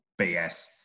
BS